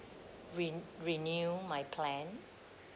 re~ renew my plan